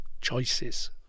choices